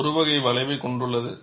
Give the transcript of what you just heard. இது ஒரு வளைவைக் கொண்டுள்ளது